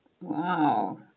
wow